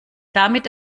damit